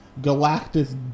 Galactus